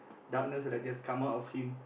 darkness like just come out of him